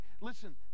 listen